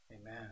Amen